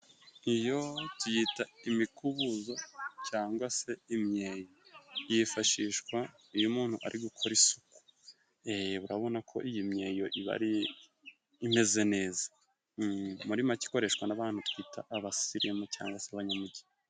Iyo tuyita imikubuzo cangwa se imyeyo. Yifashishwa iyo umuntu ari gukora isuku. Urabona ko iyi myeyo iba ari imeze neza. Muri make ikoreshwa n'abantu twita abasilimu cyangwa se abanyamujyi.